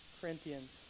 Corinthians